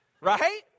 Right